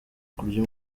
kurya